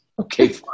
Okay